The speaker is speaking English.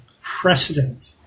precedent